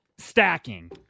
stacking